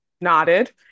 nodded